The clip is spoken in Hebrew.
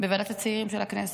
בוועדת הצעירים של הכנסת.